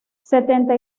setenta